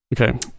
Okay